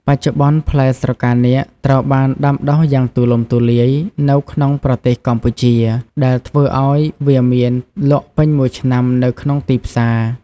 បច្ចុប្បន្ន ផ្លែស្រកានាគត្រូវបានដាំដុះយ៉ាងទូលំទូលាយនៅក្នុងប្រទេសកម្ពុជា ដែលធ្វើឱ្យវាមានលក់ពេញមួយឆ្នាំនៅក្នុងទីផ្សារ។